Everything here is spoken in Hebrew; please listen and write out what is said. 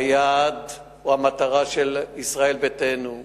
היעד הוא המטרה של ישראל ביתנו ושלי,